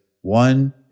one